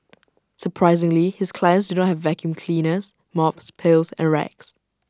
surprisingly his clients do not have vacuum cleaners mops pails and rags